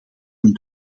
een